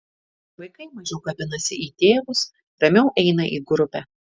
vaikai mažiau kabinasi į tėvus ramiau eina į grupę